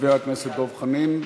חבר הכנסת דב חנין.